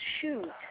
shoot